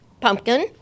pumpkin